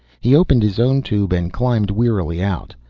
he opened his own tube and climbed wearily out.